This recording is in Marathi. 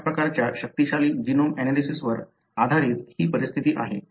अशा प्रकारच्या शक्तिशाली जीनोम एनालिसिसवर आधारित ही परिस्थिती आहे